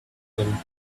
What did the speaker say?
thing